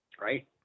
right